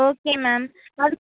okay ma'am அதுக்